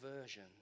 version